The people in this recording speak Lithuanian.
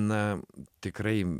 na tikrai